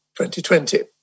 2020